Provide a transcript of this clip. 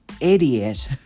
idiot